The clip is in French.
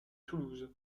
toulouse